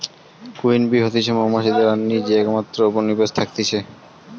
queen bee হতিছে মৌমাছিদের রানী যে একমাত্র যে উপনিবেশে থাকতিছে